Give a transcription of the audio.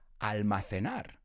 almacenar